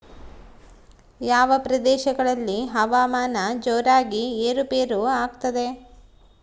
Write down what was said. ಯಾವ ಪ್ರದೇಶಗಳಲ್ಲಿ ಹವಾಮಾನ ಜೋರಾಗಿ ಏರು ಪೇರು ಆಗ್ತದೆ?